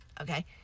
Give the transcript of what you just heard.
Okay